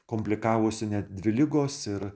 komplikavosi net dvi ligos ir